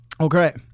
Okay